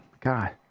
God